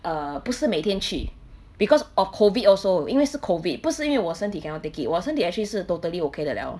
uh 不是每天去 because of COVID also 因为是 COVID 不是因为我身体 cannot take 我身体 actually 是 totally okay 的 liao